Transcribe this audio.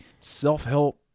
self-help